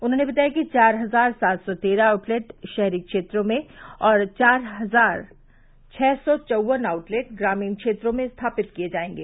उन्होंने बताया कि चार हजार सात सौ तेरह आउटलेट शहरी क्षेत्रों में और चार हजार छ सौ चौवन आउटलेट ग्रामीण क्षेत्रों में स्थापित किए जायेंगे